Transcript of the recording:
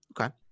Okay